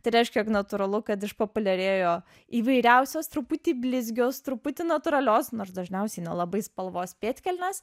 tai reiškia jog natūralu kad išpopuliarėjo įvairiausios truputį blizgios truputį natūralios nors dažniausiai nelabai spalvos pėdkelnės